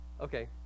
Okay